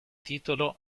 titolo